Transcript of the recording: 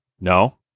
No